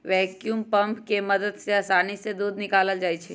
vacuum pump के मदद से आसानी से दूध निकाकलल जाइ छै